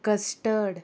custard